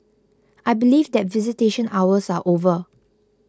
I believe that visitation hours are over